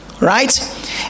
right